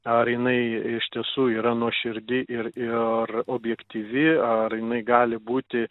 ar jinai iš tiesų yra nuoširdi ir ir objektyvi ar jinai gali būti